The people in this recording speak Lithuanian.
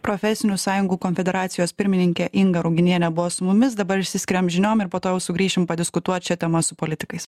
profesinių sąjungų konfederacijos pirmininkė inga ruginienė buvo su mumis dabar išsiskiriam žiniom ir po to jau sugrįšim padiskutuot šia tema su politikais